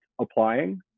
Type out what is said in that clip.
applying